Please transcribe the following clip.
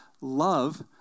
love